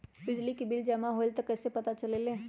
बिजली के बिल जमा होईल ई कैसे पता चलतै?